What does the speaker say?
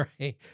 right